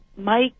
mike